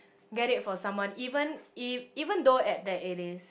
get it for someone even if even though at that it is